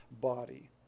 body